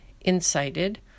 incited